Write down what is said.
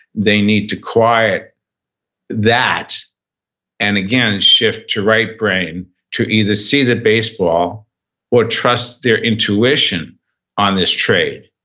they need to quiet that and again shift to right brain to either see the baseball or trust their intuition on this trade.